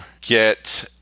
get